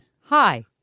Hi